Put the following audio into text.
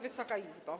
Wysoka Izbo!